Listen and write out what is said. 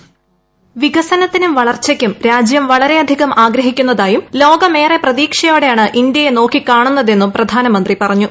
voice വികസനത്തിനും വളർച്ചയ്ക്കും രാജ്യം വളരെയധികം ആഗ്രഹിക്കുന്നതായും ലോകമ്മേറെ പ്രതീക്ഷയോടെയാണ് ഇന്ത്യയെ നോക്കി കാണുന്നതെന്നുറ്റ പ്രധാനമന്ത്രി പറഞ്ഞു